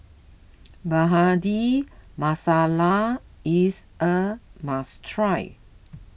Bhindi Masala is a must try